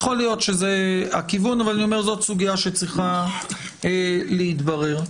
זאת סוגיה שצריכה להתברר.